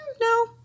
no